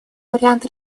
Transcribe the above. вариант